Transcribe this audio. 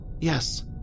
Yes